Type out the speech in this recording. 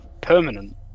permanent